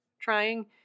trying